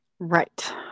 right